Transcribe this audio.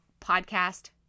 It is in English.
podcast